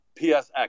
PSX